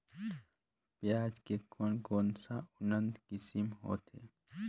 पियाज के कोन कोन सा उन्नत किसम होथे?